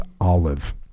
Olive